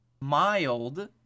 mild